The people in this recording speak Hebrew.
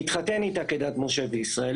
יחיו כאן, במדינת ישראל,